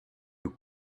you